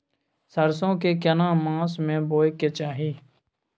सरसो के केना मास में बोय के चाही?